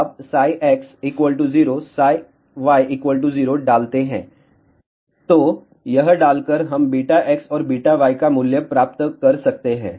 आप x 0 y 0 डालते हैं तो यह डालकर हम βx और βy का मूल्य प्राप्त कर सकते हैं